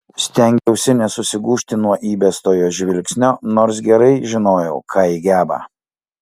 stengiausi nesusigūžti nuo įbesto jos žvilgsnio nors gerai žinojau ką ji geba